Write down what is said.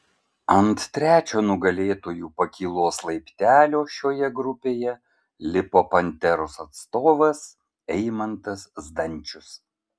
ant trečio nugalėtojų pakylos laiptelio šioje grupėje lipo panteros atstovas eimantas zdančius